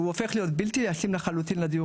שהוא הופך להיות בלתי ישים לחלוטין לדיור